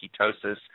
ketosis